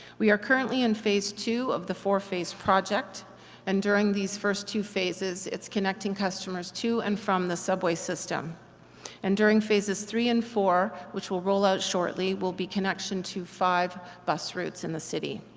we are currently in phase two of the four-phase project and during these first two phases it's connecting customers to and from the subway system and during phases three and four, which will roll out shortly, will be connection to five bus routes in the city.